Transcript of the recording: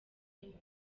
burundi